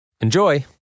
Enjoy